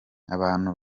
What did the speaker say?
abantu